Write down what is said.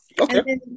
okay